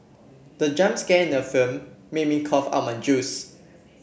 the jump scare in the film made me cough out my juice